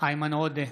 איימן עודה,